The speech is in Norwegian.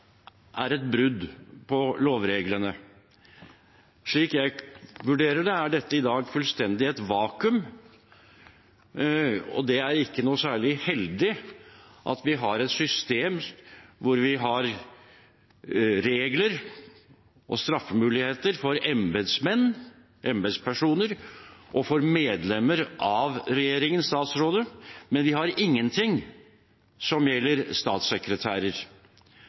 er et brudd på lovreglene? Slik jeg vurderer det, er dette i dag fullstendig i et vakuum. Det er ikke noe særlig heldig at vi har et system med regler og straffemuligheter for embetsmenn, embetspersoner, og for medlemmer av regjeringen, statsrådet, mens vi har ingenting som gjelder statssekretærer.